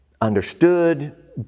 understood